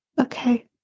Okay